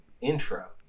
Intro